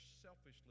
selfishly